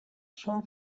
són